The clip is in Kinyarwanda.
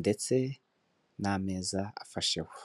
ndetse n'ameza afasheho.